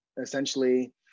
essentially